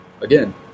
again